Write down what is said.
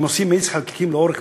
אם עושים מאיץ חלקיקים לאורך,